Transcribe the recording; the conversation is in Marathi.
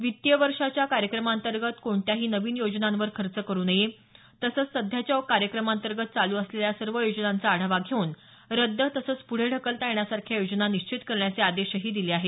वित्तीय वर्षाच्या कार्यक्रमांतर्गत कोणत्याही नवीन योजनांवर खर्च करू नये तसंच सध्याच्या कार्यक्रमांतर्गत चालू असलेल्या सर्व योजनांचा आढावा घेऊन रद्द तसंच पुढे ढकलता येण्यासारख्या योजना निश्चित करण्याचेही आदेश दिले आहेत